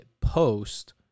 post